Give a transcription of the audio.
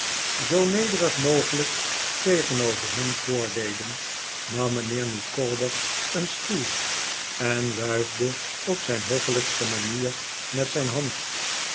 zoo nederig mogelijk tegenover hem voordeden nam mijnheer micawber een stoel en wuifde op zijn hoffelijkste manier met zijn hand